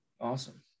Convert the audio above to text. Awesome